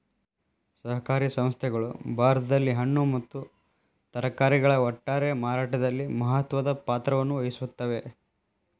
ಸಹಕಾರಿ ಸಂಸ್ಥೆಗಳು ಭಾರತದಲ್ಲಿ ಹಣ್ಣು ಮತ್ತ ತರಕಾರಿಗಳ ಒಟ್ಟಾರೆ ಮಾರಾಟದಲ್ಲಿ ಮಹತ್ವದ ಪಾತ್ರವನ್ನು ವಹಿಸುತ್ತವೆ